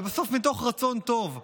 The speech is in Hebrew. ובסוף מתוך רצון טוב,